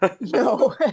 no